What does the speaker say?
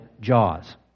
Jaws